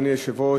אדוני היושב-ראש,